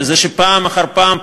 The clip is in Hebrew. וזה שפעם אחר פעם,